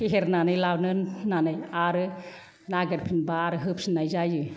फेहेरनानै लानो होन्नानै आरो नागेरफिनबा आरो होफिन्नाय जायो